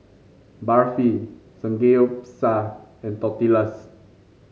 Barfi Samgeyopsal and Tortillas